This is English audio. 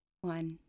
One